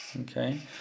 Okay